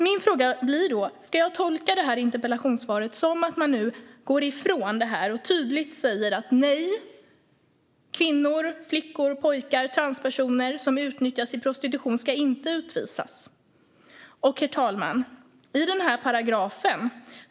Min fråga blir då: Ska jag tolka detta interpellationssvar som att man nu går ifrån detta och tydligt säger att kvinnor, flickor, pojkar och transpersoner som utnyttjas i prostitution inte ska utvisas? Herr talman!